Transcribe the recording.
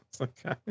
Okay